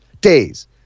Days